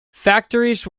factories